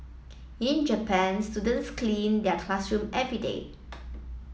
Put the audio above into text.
in Japan students clean their classroom every day